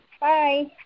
Bye